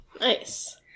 Nice